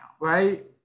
right